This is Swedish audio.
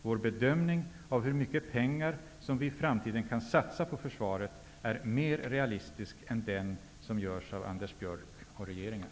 Vår bedömning av hur mycket pengar vi i framtiden kan satsa på försvaret är mer realistisk än den som görs av Anders Björck och regeringen.